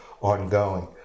ongoing